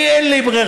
אני, אין לי ברירה.